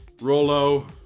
Rolo